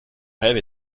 rêves